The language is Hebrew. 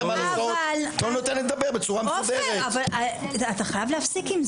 אתה חייב להפסיק,